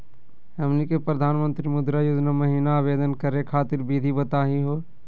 हमनी के प्रधानमंत्री मुद्रा योजना महिना आवेदन करे खातीर विधि बताही हो?